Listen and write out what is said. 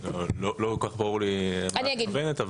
לא כל כך ברור לי למה את מתכוונת.